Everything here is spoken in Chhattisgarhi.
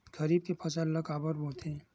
खरीफ के फसल ला काबर बोथे?